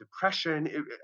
depression